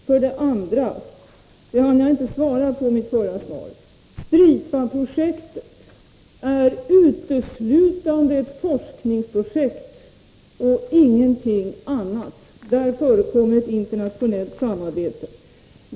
För det andra — och det har jag inte svarat på tidigare: Stripa-projektet är uteslutande ett forskningsprojekt och ingenting annat. Där förekommer internationellt samarbete.